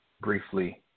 briefly